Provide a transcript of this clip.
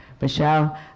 Michelle